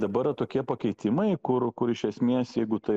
dabar tokie pakeitimai kur kur iš esmės jeigu tai